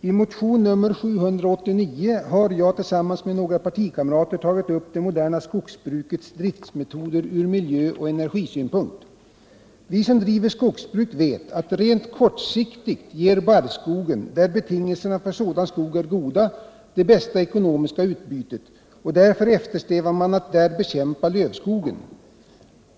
Herr talman! I motionen 789 har jag tillsammans med några partikamrater tagit upp frågan om det moderna skogsbrukets driftmetoder från miljöoch energisynpunkt. Vi som driver skogsbruk vet att rent kortsiktigt ger barrskogen, där betingelserna för sådan skog är goda, det bästa ekonomiska utbytet. Därför strävar man efter att där bekämpa lövskogen.